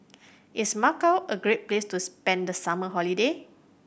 is Macau a great place to spend the summer holiday